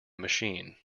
machine